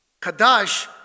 Kadash